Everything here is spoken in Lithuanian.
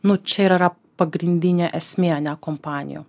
nu čia ir yra pagrindinė esmė ane kompanijų